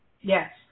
Yes